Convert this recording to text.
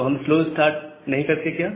तो हम slow start नहीं करते क्या है